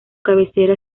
cabecera